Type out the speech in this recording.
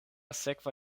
sekva